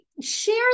share